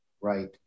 Right